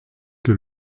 que